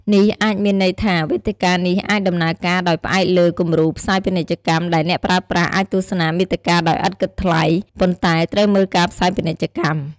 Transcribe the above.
នេះអាចមានន័យថា វេទិកានេះអាចដំណើរការដោយផ្អែកលើគំរូផ្សាយពាណិជ្ជកម្ម ដែលអ្នកប្រើប្រាស់អាចទស្សនាមាតិកាដោយឥតគិតថ្លៃ ប៉ុន្តែត្រូវមើលការផ្សាយពាណិជ្ជកម្ម។